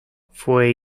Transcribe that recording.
fue